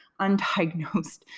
undiagnosed